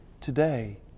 today